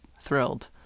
thrilled